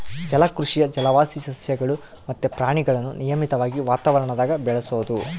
ಜಲಕೃಷಿಯು ಜಲವಾಸಿ ಸಸ್ಯಗುಳು ಮತ್ತೆ ಪ್ರಾಣಿಗುಳ್ನ ನಿಯಮಿತ ವಾತಾವರಣದಾಗ ಬೆಳೆಸೋದು